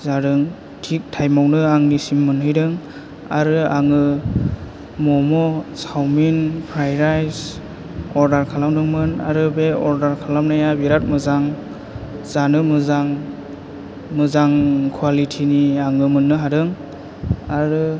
जादों थिग टाइमावनो आंनिसिम मोनहैदों आरो आङो म'म' सावमिनफ्राय राइस अर्दार खालामदोंमोन आरो बे अर्दार खालामनाया बेराथ मोजां जानो मोजां मोजां खवालिथिनि आङो मोन्नो हादों आरो